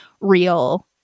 real